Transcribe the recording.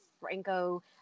Franco